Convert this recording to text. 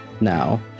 now